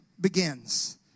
begins